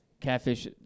catfish